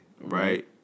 right